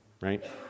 right